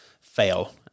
fail